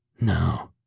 No